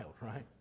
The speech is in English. right